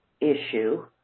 issue